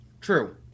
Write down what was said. True